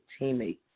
teammate